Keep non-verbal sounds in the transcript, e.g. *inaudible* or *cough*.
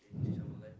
*breath*